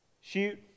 Shoot